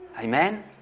Amen